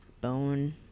Bone